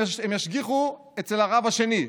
הם ישגיחו אצל הרב השני.